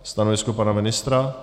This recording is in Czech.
Stanovisko pana ministra?